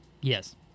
Yes